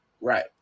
Right